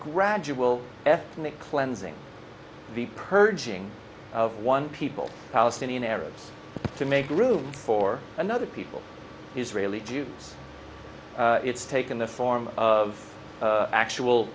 gradual ethnic cleansing the purging of one people palestinian arabs to make room for another people israeli jews it's taken the form of actual